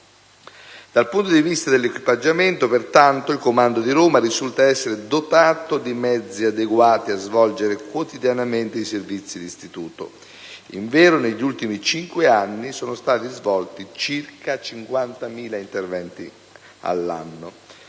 Dal punto di vista dell'equipaggiamento, pertanto, il comando di Roma risulta essere dotato di mezzi adeguati a svolgere quotidianamente i servizi d'istituto. Invero, negli ultimi cinque anni, sono stati svolti circa 50.000 interventi all'anno.